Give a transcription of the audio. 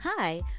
Hi